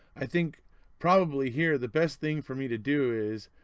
i think probably here the best thing for me to do is.